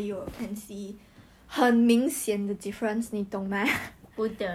做什么不可以你问她 lah 你问她做什么